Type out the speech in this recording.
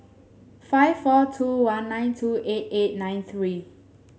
five four two one nine two eight eight nine three